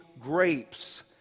grapes